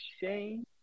Shane